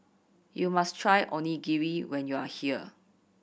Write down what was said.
you must try Onigiri when you are here